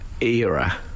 era